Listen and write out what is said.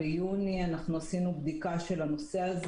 ביוני עשינו בדיקה של הנושא,